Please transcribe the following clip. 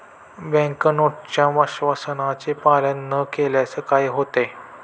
Bank नोटच्या आश्वासनाचे पालन न केल्यास काय होते?